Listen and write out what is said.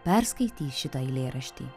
perskaitys šitą eilėraštį